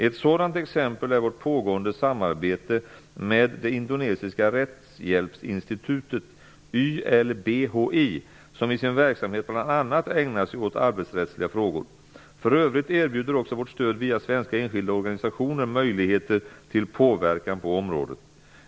Ett sådant exempel är vårt pågående samarbete med det indonesiska rättshjälpsinstitutet YLBHI, som i sin verksamhet bl.a. ägnar sig åt arbetsrättsliga frågor. För övrigt erbjuder också vårt stöd via svenska enskilda organisationer möjligheter till påverkan på området.